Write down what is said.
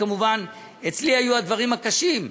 אצלי היו הדברים הקשים.